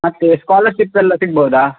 ಮತ್ತು ಸ್ಕಾಲರ್ಶಿಪ್ ಎಲ್ಲ ಸಿಗ್ಬೋದಾ